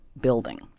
building